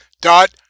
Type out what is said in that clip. dot